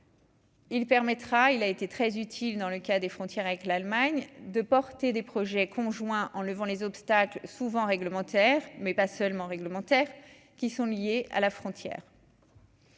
Il permettra, il a été très utile dans le cas des frontières avec l'Allemagne, de porter des projets conjoints en levant les obstacles souvent réglementaire, mais pas seulement réglementaire qui sont liés à la frontière.